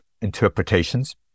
interpretations